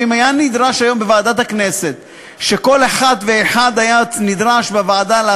שאם היה נדרש היום בוועדת הכנסת,